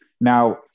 now